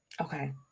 Okay